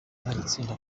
agatsindwa